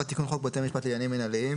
4. תיקון חוק בתי משפט לעניינים מינהליים.